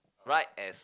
right as